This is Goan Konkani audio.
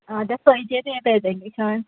हय आतां खंयचे तें प्रेजेंटेशन